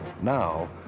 Now